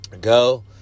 go